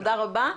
תודה רבה.